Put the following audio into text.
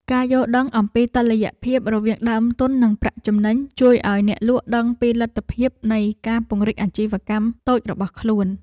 ការយល់ដឹងអំពីតុល្យភាពរវាងដើមទុននិងប្រាក់ចំណេញជួយឱ្យអ្នកលក់ដឹងពីលទ្ធភាពនៃការពង្រីកអាជីវកម្មតូចរបស់ខ្លួន។